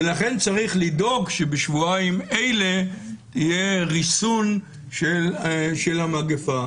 ולכן צריך לדאוג שבשבועיים אלה יהיה ריסון של המגפה.